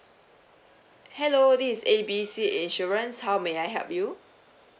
hello this is A B C insurance how may I help you